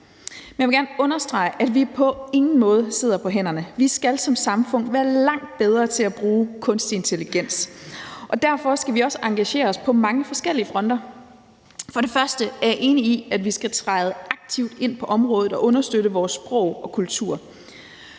jeg vil gerne understrege, at vi på ingen måde sidder på hænderne. Vi skal som samfund være langt bedre til at bruge kunstig intelligens, og derfor skal vi også engagere os på mange forskellige fronter. For det første er jeg enig i, at vi skal træde aktivt ind på området og understøtte vores sprog og kultur.